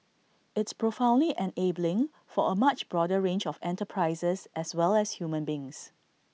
it's profoundly and enabling for A much broader range of enterprises as well as human beings